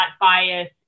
bias